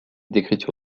d’écriture